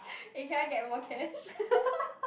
eh can I get more cash